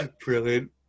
Brilliant